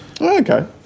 Okay